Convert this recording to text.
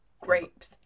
Grapes